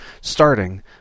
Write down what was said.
starting